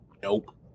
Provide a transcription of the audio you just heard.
Nope